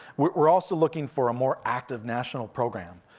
we're also looking for a more active national program.